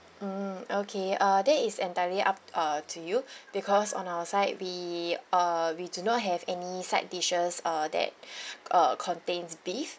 mm okay uh that is entirely up uh to you because on our side we uh we do not have any side dishes uh that uh contains beef